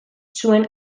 zuen